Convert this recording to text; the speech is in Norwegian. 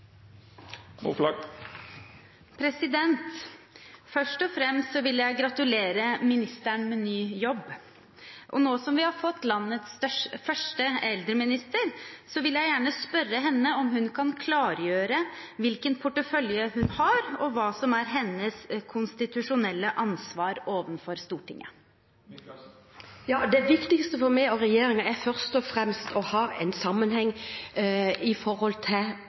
har fått landets første eldreminister, vil jeg gjerne spørre henne om hun kan klargjøre hvilken portefølje hun har, og hva som er hennes konstitusjonelle ansvar overfor Stortinget. Det viktigste for meg og regjeringen er først og fremst å ha en sammenheng i